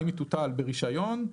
האם היא תוטל ברישיון,